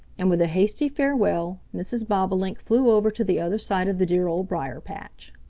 and with a hasty farewell mrs. bobolink flew over to the other side of the dear old briar-patch.